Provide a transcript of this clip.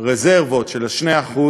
הרזרבות של ה-2%,